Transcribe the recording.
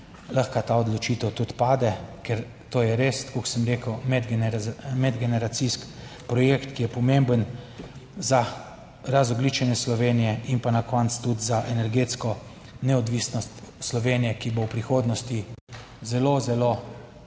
lahko ta odločitev tudi pade, ker to je res, tako kot sem rekel, medgeneracijski projekt, ki je pomemben za razogljičenje Slovenije in pa na koncu tudi za energetsko neodvisnost Slovenije, ki bo v prihodnosti zelo, zelo